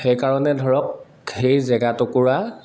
সেইকাৰণে ধৰক সেই জেগা টুকুৰা